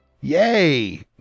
Yay